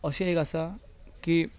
अशें एक आसा की